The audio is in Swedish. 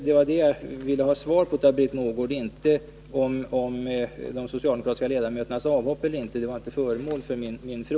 Det var det jag ville ha svar på av Britt Mogård, inte på frågan om de socialdemokratiska ledamöterna hade hoppat av eller inte.